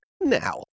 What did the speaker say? now